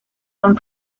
and